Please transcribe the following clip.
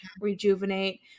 rejuvenate